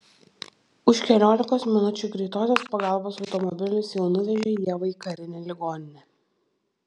už keliolikos minučių greitosios pagalbos automobilis jau nuvežė ievą į karinę ligoninę